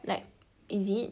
like is it